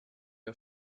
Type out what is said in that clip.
are